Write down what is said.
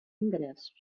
ingressos